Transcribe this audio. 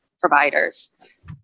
providers